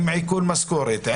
עם עיקול משכורת,